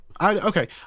okay